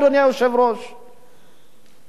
הזר האולטימטיבי הוא שחור.